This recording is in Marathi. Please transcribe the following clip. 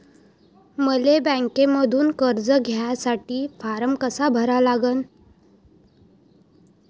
मले बँकेमंधून कर्ज घ्यासाठी फारम कसा भरा लागन?